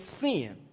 sin